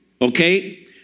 okay